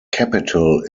capital